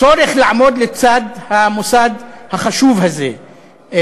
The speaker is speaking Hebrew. הצורך לעמוד לצד המוסד החשוב הזה,